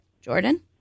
Jordan